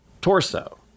torso